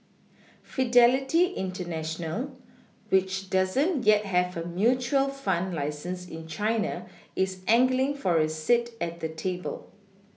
Fidelity international which doesn't yet have a mutual fund license in China is angling for a seat at the table